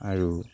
আৰু